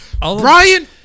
Brian